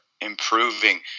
improving